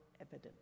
evident